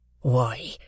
Why